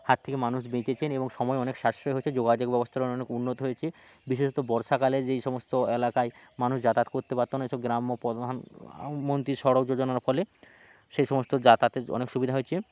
হাত থেকে মানুষ বেঁচেছেন এবং সময় অনেক সাশ্রয় হচ্ছে যোগাযোগ ব্যবস্থারও অনেক উন্নতি হয়েছে বিশেষত বর্ষাকালে যেই সমস্ত এলাকায় মানুষ যাতায়াত করতে পারত না এইসব গ্রাম্য প্রধানমন্ত্রী সড়ক যোজনার ফলে সেই সমস্ত যাতায়াতের অনেক সুবিধা হয়েছে